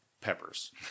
peppers